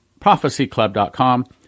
ProphecyClub.com